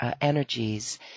energies